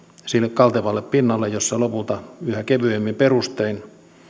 sille kaltevalle pinnalle jossa lopulta yhä kevyemmin perustein